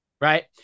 right